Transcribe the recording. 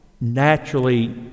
naturally